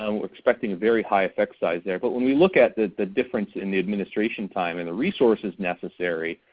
um we're expecting very high effect size there, but when we look at the the difference in the administration time and the resources necessary,